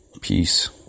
peace